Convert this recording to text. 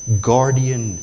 guardian